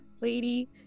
lady